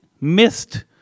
missed